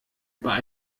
bei